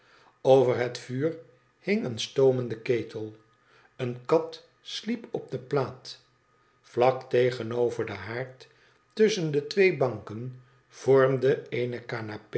over het vuur hing een stoomende ketel eene kat sliep op de plaat vlak tegenover den haard tusschen de twee banken vormden eene